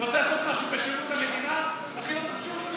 אתה רוצה לעשות משהו בשירות המדינה תחיל אותו בשירות המדינה.